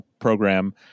program